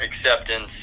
acceptance